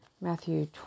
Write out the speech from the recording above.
Matthew